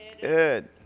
Good